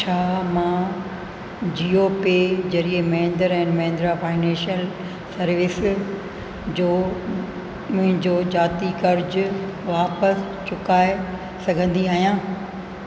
छा मां जीओ पे जरिए Mahindra and Mahindra financial service जो मुंहिंजो जाती कर्ज़ु वापिसि चुकाए सघंदी आहियां